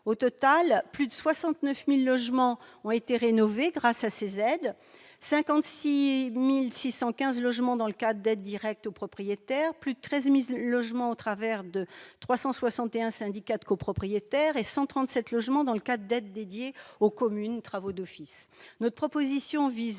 Au total, 69 769 logements sont rénovés grâce à ces aides : 56 615 logements dans le cadre d'aides directes aux propriétaires ; plus de 13 000 logements au travers de 361 syndicats de copropriétaires ; 137 logements dans le cadre d'aides dédiées aux communes, c'est-à-dire